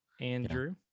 andrew